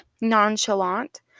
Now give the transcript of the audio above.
nonchalant